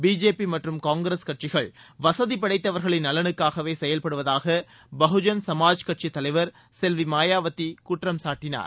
BJP மற்றும் காங்கிரஸ் கட்சிகள் வசதிப்படைத்தவர்களின் நலனுக்காகவே செயல்படுவதாக பகுஜன் சமாஜ் கட்சி தலைவர் செல்வி மாயாவதி குற்றம்சாட்டினார்